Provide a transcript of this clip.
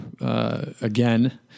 again